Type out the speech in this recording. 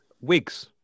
Wigs